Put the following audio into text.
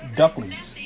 ducklings